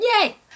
Yay